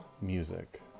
music